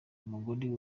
umugore